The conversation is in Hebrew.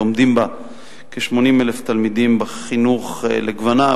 לומדים בה כ-80,000 תלמידים בחינוך לגווניו,